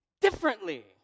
differently